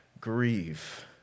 grieve